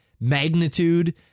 Magnitude